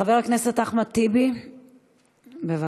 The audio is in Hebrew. חבר הכנסת אחמד טיבי, בבקשה.